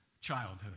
childhood